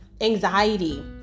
anxiety